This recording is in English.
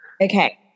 Okay